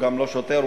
הוא גם לא שוטר,